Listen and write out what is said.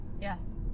Yes